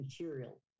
material